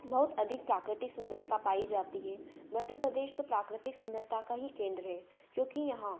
बहुत अधिक प्राकृतिक सुंदरता पाई जाती है मध्य प्रदेश तो प्राकृतिक सुंदरता का ही केंद्र है क्योंकि यहाँ